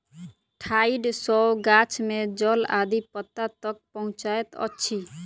ठाइड़ सॅ गाछ में जल आदि पत्ता तक पहुँचैत अछि